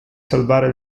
salvare